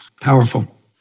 Powerful